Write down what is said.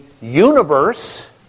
universe